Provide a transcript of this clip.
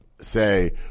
say